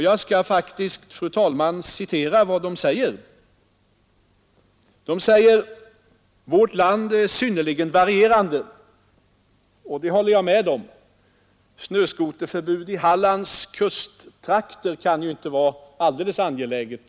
Jag skall faktiskt, fru talman, citera vad man skriver: ”Dessutom är vårt land synnerligen varierande” — det kan jag hålla med om. Snöskoterförbud i Hallands kusttrakter kan ju inte vara så alldeles angeläget.